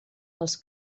els